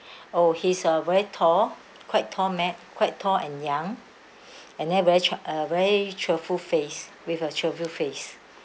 oh he's uh very tall quite tall man quite tall and young and then very cheer~ uh very cheerful face with a cheerful face